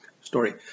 story